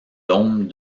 dômes